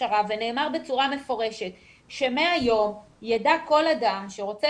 הכשרה ונאמר בצורה מפורשת שמהיום ידע כל אדם שרוצה